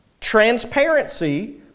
transparency